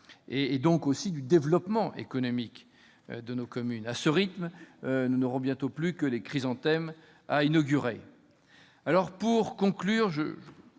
donc du développement économique de nos communes. À ce rythme, nous n'aurons bientôt plus que les chrysanthèmes à inaugurer ... Pour conclure, je